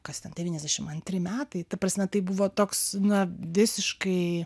kas ten devyniasdešimt antri metai ta prasme tai buvo toks na visiškai